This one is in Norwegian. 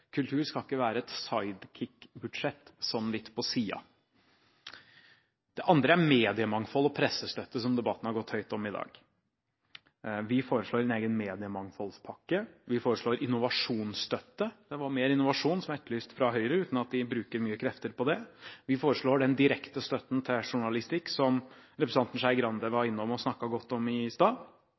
Kultur skal ikke være et side kick-budsjett sånn litt på siden. Det andre er mediemangfold og pressestøtte, som debatten har gått høyt om i dag. Vi foreslår en egen mediemangfoldspakke. Vi foreslår innovasjonsstøtte – mer innovasjon var etterlyst fra Høyre, uten at de bruker mye krefter på det. Vi foreslår den direkte støtten til journalistikk som representanten Skei Grande var innom og snakket godt om i stad.